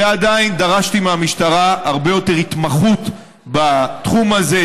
ועדיין דרשתי מהמשטרה הרבה יותר התמחות בתחום הזה.